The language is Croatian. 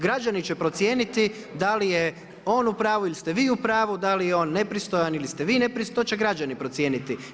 Građani će procijeniti da li je on u pravu ili ste vi u pravu, da li je on nepristojan ili ste vi nepristojni to će građani procijeniti.